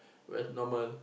that's normal